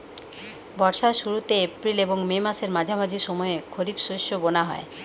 বর্ষার শুরুতে এপ্রিল এবং মে মাসের মাঝামাঝি সময়ে খরিপ শস্য বোনা হয়